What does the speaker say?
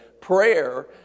prayer